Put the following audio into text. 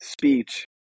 speech